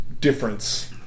difference